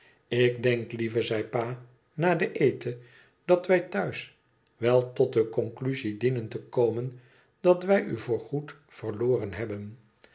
tik denk lieve zei pa na den eten dat wij thuis wel tot de conclusie dienen te komen dat wij u voorgoed verloren hebben